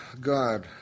God